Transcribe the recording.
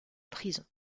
prison